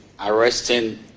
arresting